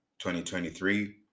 2023